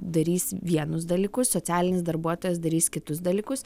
darys vienus dalykus socialinis darbuotojas darys kitus dalykus